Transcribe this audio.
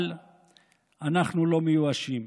אבל אנחנו לא מיואשים.